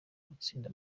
gutsinda